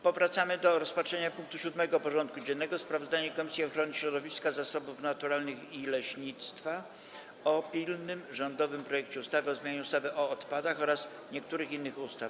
Powracamy do rozpatrzenia punktu 7. porządku dziennego: Sprawozdanie Komisji Ochrony Środowiska, Zasobów Naturalnych i Leśnictwa o pilnym rządowym projekcie ustawy o zmianie ustawy o odpadach oraz niektórych innych ustaw.